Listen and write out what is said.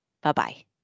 Bye-bye